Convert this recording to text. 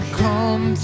come